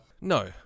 No